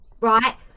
Right